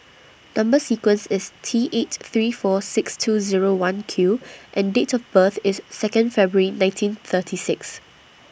Number sequence IS T eight three four six two Zero one Q and Date of birth IS Second February nineteen thirty six